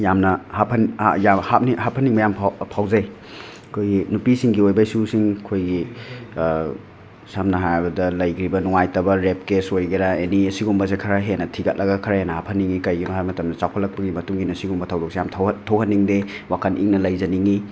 ꯌꯥꯝꯅ ꯍꯥꯞꯐꯟ ꯌꯥꯝ ꯍꯥꯞꯅꯤꯡ ꯍꯥꯐꯟꯅꯤꯡꯕ ꯌꯥꯝ ꯐꯥꯎꯖꯩ ꯑꯩꯈꯣꯏꯒꯤ ꯅꯨꯄꯤꯁꯤꯡꯒꯤ ꯑꯣꯏꯕ ꯏꯁꯨꯁꯤꯡ ꯑꯩꯈꯣꯏꯒꯤ ꯁꯝꯅ ꯍꯥꯏꯔꯕꯗ ꯂꯩꯈ꯭ꯔꯤꯕ ꯅꯨꯡꯉꯥꯏꯇꯕ ꯔꯦꯞ ꯀꯦꯁ ꯑꯣꯏꯒꯦꯔꯥ ꯑꯦꯅꯤ ꯑꯁꯤꯒꯨꯝꯕꯁꯦ ꯈꯔ ꯍꯦꯟꯅ ꯊꯤꯒꯠꯂꯒ ꯈꯔ ꯍꯦꯟꯅ ꯍꯥꯐꯟꯅꯤꯡꯉꯤ ꯀꯩꯒꯤꯅꯣ ꯍꯥꯏꯕ ꯃꯇꯝꯗ ꯆꯥꯎꯈꯠꯂꯛꯄꯒꯤ ꯃꯇꯨꯡ ꯏꯟꯅ ꯁꯤꯒꯨꯝꯕ ꯊꯧꯗꯣꯛꯁꯦ ꯌꯥꯝ ꯊꯣꯛꯍꯟꯅꯤꯡꯗꯦ ꯋꯥꯈꯟ ꯏꯪꯅ ꯂꯩꯖꯅꯤꯡꯉꯤ